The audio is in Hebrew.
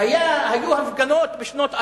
היו הפגנות בשנות 2000,